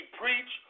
preach